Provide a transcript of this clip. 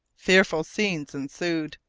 fearful scenes ensued,